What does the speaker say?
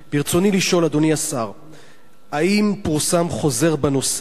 רצוני לשאול: 1. האם פורסם חוזר בנושא?